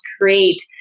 create